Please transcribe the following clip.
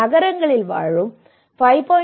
நகரங்களில் வாழும் 5